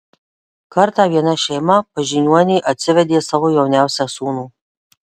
kartą viena šeima pas žiniuonį atsivedė savo jauniausią sūnų